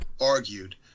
argued